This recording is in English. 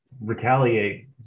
retaliate